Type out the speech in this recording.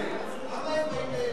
למה הם באים לאילת?